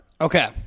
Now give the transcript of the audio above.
Okay